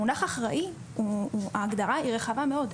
המונח אחראי, ההגדרה היא רחבה מאוד.